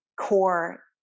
core